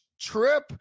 trip